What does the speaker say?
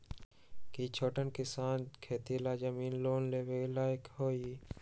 कि छोट किसान खेती के जमीन लागी लोन लेवे के लायक हई?